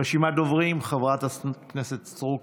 רשימת דוברים: חברת הכנסת סטרוק,